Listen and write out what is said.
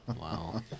Wow